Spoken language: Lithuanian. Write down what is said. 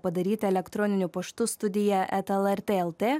padaryti elektroniniu paštu studija eta lrt lt